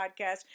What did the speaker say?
podcast